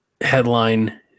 headline